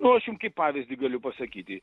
nu aš jum kaip pavyzdį galiu pasakyti